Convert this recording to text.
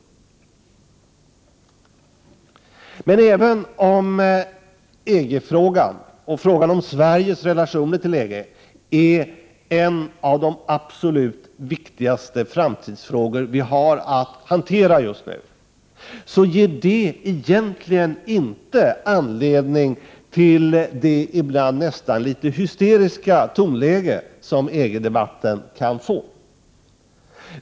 Även om EG-frågan, och frågan om Sveriges relationer till EG, är bland de absolut viktigaste framtidsfrågor vi har att hantera just nu, ger detta egentligen inte anledning till det ibland nästan litet hysteriska tonläge som ibland kan finnas i EG-debatten.